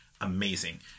amazing